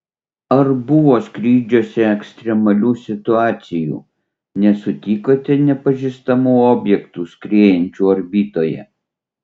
ar buvo skrydžiuose ekstremalių situacijų nesutikote nepažįstamų objektų skriejančių orbitoje